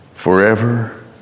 Forever